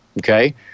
Okay